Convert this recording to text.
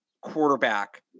quarterback